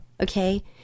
Okay